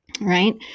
Right